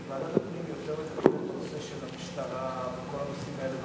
כי ועדת הפנים מטפלת יותר בנושא של המשטרה וכל הנושאים האלה.